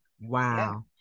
Wow